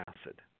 acid